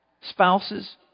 Spouses